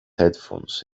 headphones